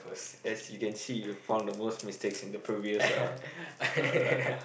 as you can see you have from the most mistakes in the previous uh uh